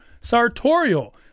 sartorial